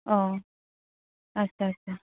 ᱚ ᱟᱪᱪᱷᱟ ᱟᱪᱪᱷᱟ